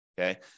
okay